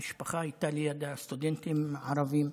המשפחה הייתה לידה, סטודנטים ערבים,